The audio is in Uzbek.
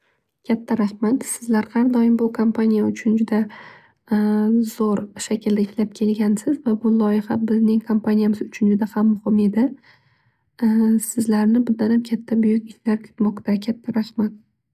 Katta rahmat sizlar har doim bu kompaniya uchun zo'r shaklda ishlab kelgansiz. Va bu loyiha bizning kompaniyamiz uchun juda ham muhim edi. Sizlarni bundanam katta buyuk ishlar kutmoqda katta rahmat.